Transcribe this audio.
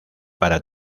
para